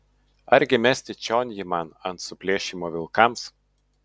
argi mesti čion jį man ant suplėšymo vilkams